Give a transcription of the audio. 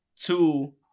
two